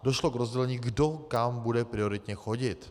Došlo k rozdělení, kdo kam bude prioritně chodit.